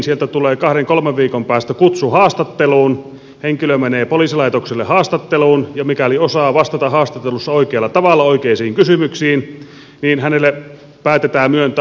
sieltä tulee kahden kolmen viikon päästä kutsu haastatteluun henkilö menee poliisilaitokselle haastatteluun ja mikäli osaa vastata haastattelussa oikealla tavalla oikeisiin kysymyksiin hänelle päätetään myöntää hallussapitolupa